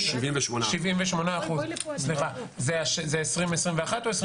78%. 78%, סליחה, זה 2021 או 2020?